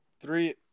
three